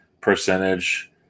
percentage